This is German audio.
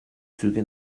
züge